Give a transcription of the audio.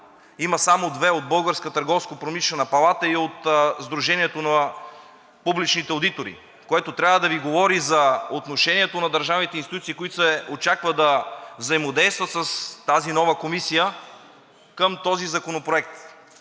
на публичните одитори, което трябва да Ви говори за отношението на държавните институции, които се очаква да взаимодействат с тази нова комисия към този законопроект.